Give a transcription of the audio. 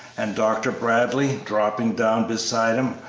and dr. bradley, dropping down beside him,